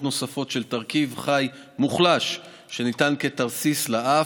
נוספות של תרכיב חי מוחלש שניתן כתרסיס לאף,